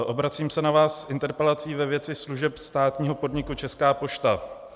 Obracím se na vás s interpelací ve věci služeb státního podniku Česká pošta.